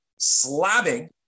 slabbing